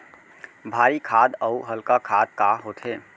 भारी खाद अऊ हल्का खाद का होथे?